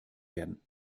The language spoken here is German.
werden